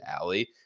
alley